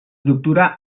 doctorà